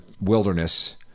wilderness